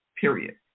period